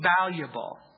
valuable